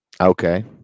Okay